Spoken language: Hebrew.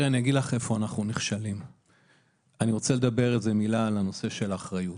אני רוצה לומר מילה על אחריות.